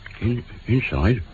Inside